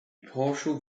partial